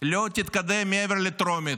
לא תתקדם מעבר לטרומית,